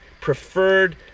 preferred